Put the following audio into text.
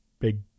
big